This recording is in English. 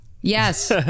Yes